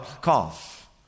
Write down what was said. cough